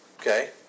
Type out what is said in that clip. Okay